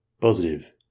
positive